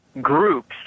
Groups